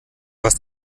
hast